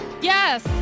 Yes